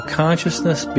consciousness